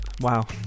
wow